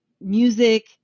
music